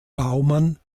bowman